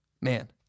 man